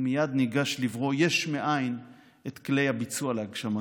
ומייד ניגש לברוא יש מאין את כלי הביצוע להגשמתו.